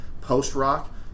post-rock